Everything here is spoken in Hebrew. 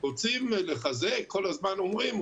רוצים לחזק כל הזמן אומרים,